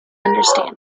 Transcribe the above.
understand